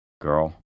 Girl